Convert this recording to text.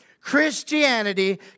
Christianity